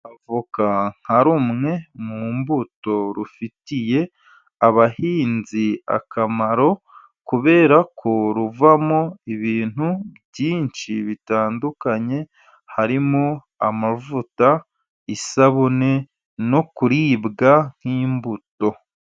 Avoka nka rumwe mu mbuto, rufitiye abahinzi akamaro, kubera ko ruvamo ibintu byinshi bitandukanye, harimo amavuta, isabune, no kuribwa nk'imbuto.